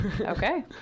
okay